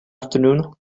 afternoon